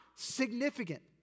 Significant